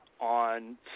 on